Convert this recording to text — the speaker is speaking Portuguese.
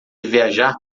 viajar